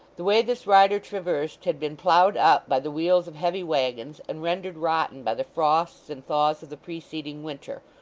the way this rider traversed had been ploughed up by the wheels of heavy waggons, and rendered rotten by the frosts and thaws of the preceding winter,